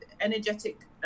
energetic